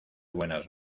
buenas